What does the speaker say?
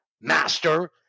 Master